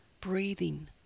Breathing